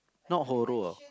not horror ah